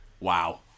Wow